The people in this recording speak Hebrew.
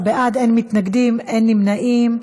12 בעד, אין מתנגדים, אין נמנעים.